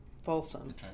Folsom